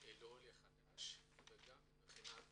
לעולה החדש וגם מבחינת